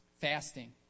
fasting